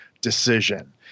decision